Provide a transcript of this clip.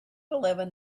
eleven